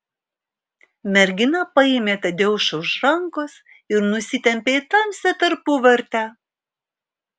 mergina paėmė tadeušą už rankos ir nusitempė į tamsią tarpuvartę